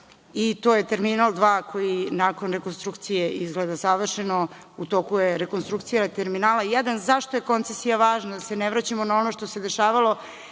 i to je terminal dva, koji nakon rekonstrukcije izgleda savršeno. U toku je rekonstrukcija terminala jedan.Zašto je koncesija važna? Da se ne vraćamo na ono što se dešavalo.